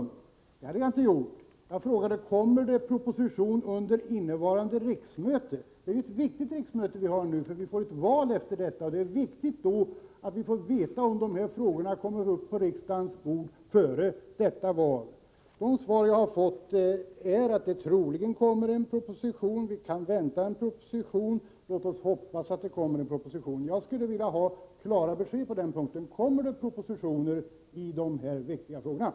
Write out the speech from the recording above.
Det har jag inte gjort. Jag frågade: Kommer det någon proposition om detta under innevarande riksmöte? Det är ju ett viktigt riksmöte vi nu har — det kommer ett val efter det. Det är då viktigt att vi får veta om de här frågorna kommer upp på riksdagens bord före detta val. De svar jag har fått är att det troligen kommer en proposition, att vi kan vänta en proposition, och ”låt oss hoppas att det kommer en proposition”. Jag skulle vilja ha klara besked på den punkten: Kommer det propositioner i de här viktiga frågorna?